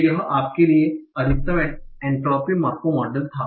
तो यह आपके लिए अधिकतम एंट्रॉपी मार्कोव मॉडल था